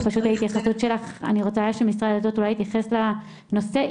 אני רוצה שמשרד הדתות יתייחס לנושא.